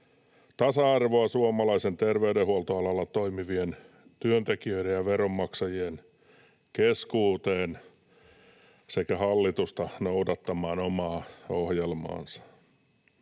tasa-arvoa suomalaisten terveydenhuoltoalalla toimivien työntekijöiden ja veronmaksajien keskuuteen sekä hallitusta noudattamaan omaa ohjelmaansa.